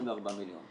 24 מיליון.